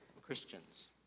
Christians